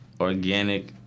Organic